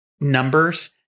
numbers